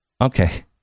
Okay